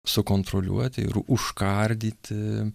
sukontroliuoti ir užkardyti